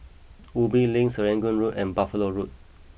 Ubi Link Serangoon Road and Buffalo Road